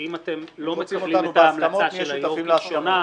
שאם אתם לא מקבלים את ההמלצה של היו"ר לראשונה,